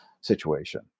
situation